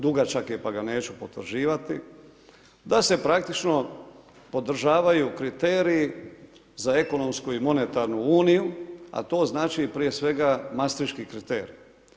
Dugačak je pa ga neću potvrđivati, da se praktično podržavaju kriteriji za ekonomsku i monetarnu Uniju, a to znači prije svega mastriški kriterij.